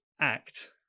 act